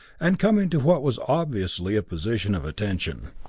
and coming to what was obviously a position of attention,